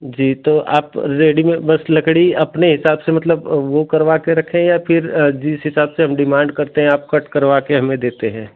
जी तो आप रेडीमेट बस लकड़ी अपने हिसाब से मतलब वह करवाकर रखे हैं या फिर जिस हिसाब से हम डिमांड करते हैं आप कट करवा के हमें देते हैं